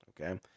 Okay